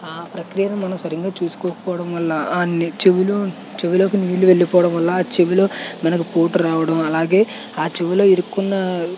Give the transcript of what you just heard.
ఆ ప్రక్రియను మనం సరిగా చూసుకోవడం వల్ల అన్ని చెవులు చెవిలోకి నీళ్లు వెళ్లిపోవడం వల్ల చెవిలో మనకు పూట రావడం అలాగే ఆ చెవిలో ఇరుక్కున్న